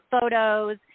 photos